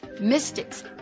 mystics